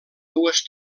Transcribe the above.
dues